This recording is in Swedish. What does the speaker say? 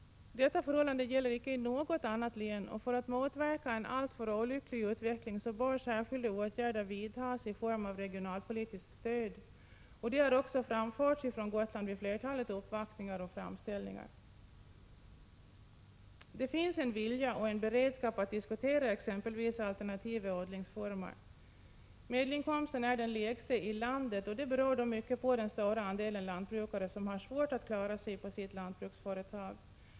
Detta förhållande gäller icke i något annat län, och för att motverka en alltför olycklig utveckling bör särskilda åtgärder vidtas i form av regionalpolitiskt stöd. Detta har också framförts från Gotland vid flertalet uppvaktningar och framställningar. Det finns en vilja och en beredskap att diskutera exempelvis alternativa odlingsformer. Medelinkomsten på Gotland är den lägsta i landet, mycket beroende på den stora andelen lantbrukare, vilka har svårt att klara sig på sitt lantbruksföretag.